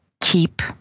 keep